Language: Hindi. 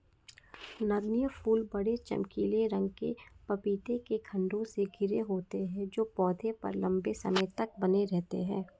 नगण्य फूल बड़े, चमकीले रंग के पपीते के खण्डों से घिरे होते हैं जो पौधे पर लंबे समय तक बने रहते हैं